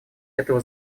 этого